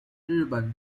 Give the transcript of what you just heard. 日本